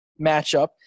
matchup